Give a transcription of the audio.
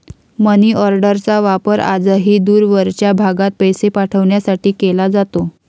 मनीऑर्डरचा वापर आजही दूरवरच्या भागात पैसे पाठवण्यासाठी केला जातो